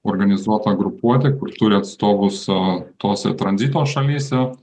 organizuota grupuotė kur turi atstovus tose tranzito šalyse